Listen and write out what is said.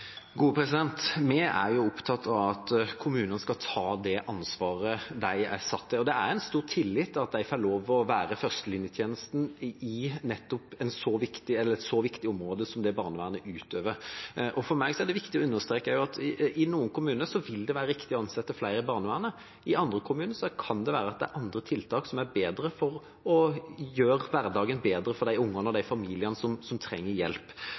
Vi er jo opptatt av at kommunene skal ta det ansvaret de er satt til å ha. Det er en stor tillit at de får lov til å være førstelinjetjenesten på et så viktig område som det barnevernet utøver. For meg er det viktig å understreke at i noen kommuner vil det være riktig å ansette flere i barnevernet, i andre kommuner kan det være at det er andre tiltak som er bedre for å gjøre hverdagen bedre for de ungene og de familiene som trenger hjelp.